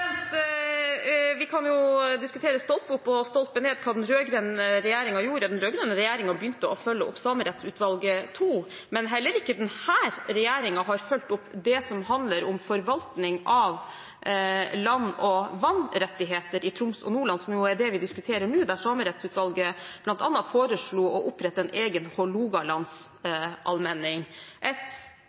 gjort. Vi kan jo diskutere stolpe opp og stolpe ned hva den rød-grønne regjeringen gjorde. Den rød-grønne regjeringen begynte å følge opp Samerettsutvalget II, men heller ikke denne regjeringen har fulgt opp det som handler om forvaltning av land- og vannrettigheter i Troms og Nordland, som jo er det vi diskuterer nå. Der foreslo Samerettsutvalget bl.a. å opprette en egen Hålogalandsallmenning, et